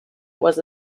was